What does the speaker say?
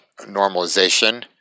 normalization